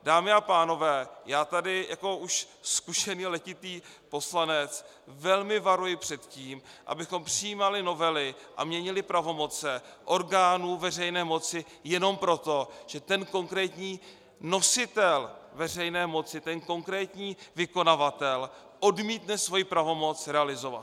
Dámy a pánové, já tady jako už zkušený letitý poslanec velmi varuji před tím, abychom přijímali novely a měnili pravomoci orgánů veřejné moci jenom proto, že ten konkrétní nositel veřejné moci, ten konkrétní vykonavatel, odmítne svoji pravomoci realizovat.